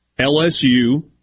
LSU